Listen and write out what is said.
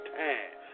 time